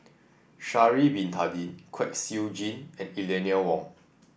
Sha'ari Bin Tadin Kwek Siew Jin and Eleanor Wong